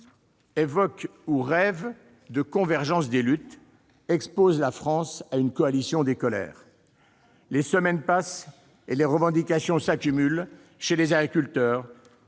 évoquent une convergence des luttes ou en rêvent exposent la France à une coalition des colères. Les semaines passent, et les revendications s'accumulent chez les agriculteurs,